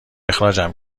اخراجم